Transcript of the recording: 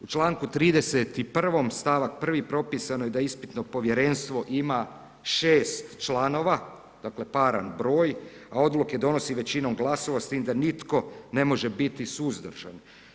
U čl. 31., st. 1. propisano je da ispitno povjerenstvo ima 6 članova, dakle paran broj, a odluke donosi većinom glasova s tim da nitko ne može biti suzdržan.